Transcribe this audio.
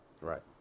Right